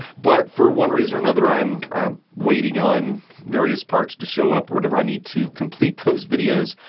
but for one reason or another i'm waiting on various parts to show up or whatever i need to complete those videos.